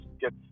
get